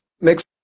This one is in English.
next